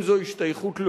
אם זו השתייכות לאומית,